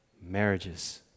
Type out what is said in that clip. marriages